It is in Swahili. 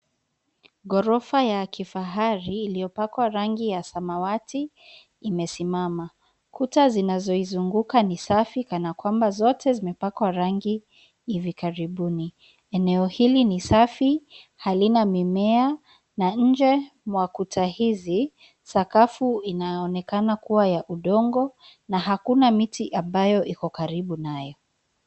Gorofa ya kifahari iliyopakwa rangi ya samawati imesimama. Kuta zinazoizunguka ni safi kanakwamba zote zimepakwa rangi hivi karibuni. Eneo hili ni safi, halina mimea na nje mwa kuta hizi, sakafu inaonekana kuwa ya udongo na hakuna miti ambayo iko karibu nayo.